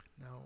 Now